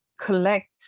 collect